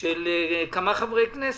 של כמה חברי כנסת,